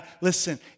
Listen